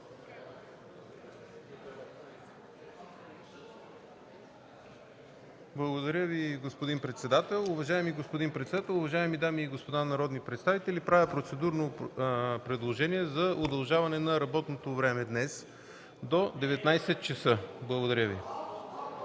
Благодаря Ви, господин председател. Уважаеми господин председател, уважаеми дами и господа народни представители! Правя процедурно предложение за удължаване на работното време днес до 19,00 ч. Благодаря Ви.